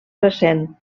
recent